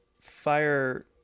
fire